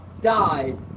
died